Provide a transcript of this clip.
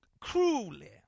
cruelly